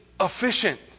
efficient